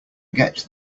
get